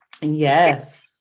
Yes